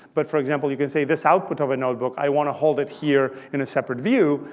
but for example, you can say this output of a notebook, i want to hold it here in a separate view.